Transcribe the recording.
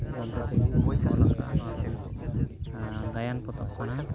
ᱜᱚᱝᱠᱮ ᱛᱟᱠᱤᱱ ᱠᱤᱱ ᱚᱞ ᱠᱟᱜᱼᱟ ᱱᱚᱣᱟ ᱫᱚ ᱢᱤᱫ ᱜᱟᱭᱟᱱ ᱯᱚᱛᱚᱵᱽ ᱠᱟᱱᱟ